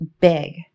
big